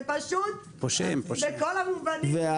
זה פשוט בכל המובנים -- פושעים, פושעים.